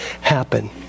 happen